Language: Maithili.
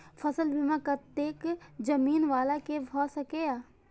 फसल बीमा कतेक जमीन वाला के भ सकेया?